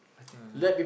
I think also